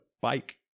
bike